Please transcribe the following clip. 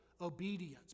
obedience